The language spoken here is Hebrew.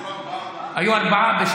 היו ארבעה.